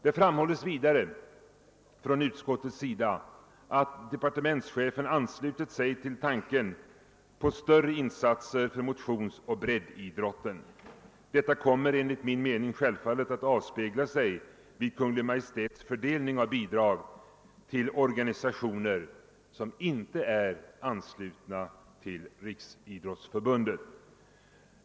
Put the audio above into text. Det framhålles vidare från utskottets sida att departementschefen anslutit sig till tanken på större insatser för motionsoch breddidrotter. Detta kommer enligt min mening självfallet att avspegla sig vid Kungl. Maj:ts fördelning av bidragen till organisationer som inte är anslutna till Riksidrottsförbundet.